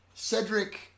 Cedric